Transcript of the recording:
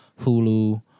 Hulu